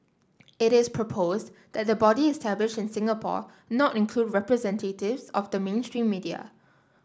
it is proposed that the body established in Singapore not include representatives of the mainstream media